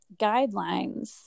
guidelines